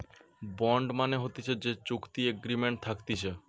bond মানে হতিছে যে চুক্তি এগ্রিমেন্ট থাকতিছে